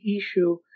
issue